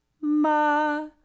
ma